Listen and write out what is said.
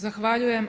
Zahvaljujem.